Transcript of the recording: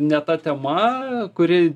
ne ta tema kuri